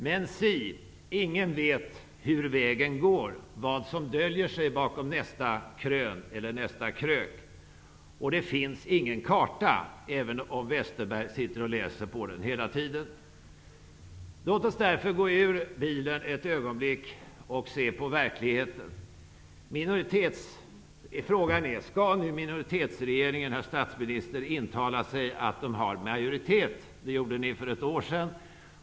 Men si, ingen vet hur vägen går och vad som döljer sig bakom nästa krök. Det finns ingen karta, även om Bengt Westerberg sitter och läser på den hela tiden. Låt oss därför gå ur bilen ett ögonblick och se på verkligheten. Frågan är om minoritetsregeringen, herr statsminister, skall intala sig att den har majoritet. Det gjorde den för ett år sedan.